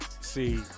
See